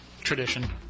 Tradition